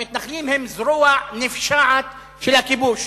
המתנחלים הם זרוע נפשעת של הכיבוש.